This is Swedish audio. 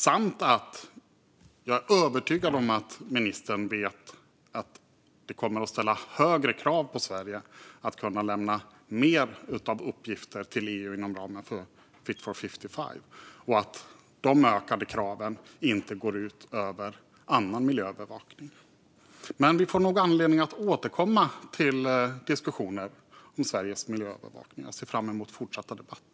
Jag är också övertygad om att ministern vet att det kommer att ställas högre krav på Sverige att lämna mer uppgifter till EU inom ramen för Fit for 55 och att de ökade kraven inte går ut över annan miljöbevakning. Vi får nog anledning att återkomma till diskussioner om Sveriges miljöövervakning. Jag ser fram emot fortsatta debatter.